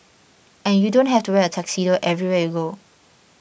and you don't have to wear a tuxedo everywhere you go